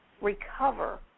recover